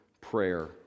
prayer